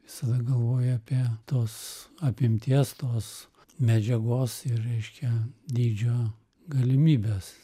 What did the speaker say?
visada galvoji apie tos apimties tos medžiagos ir reiškia dydžio galimybes